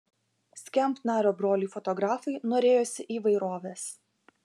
skamp nario broliui fotografui norėjosi įvairovės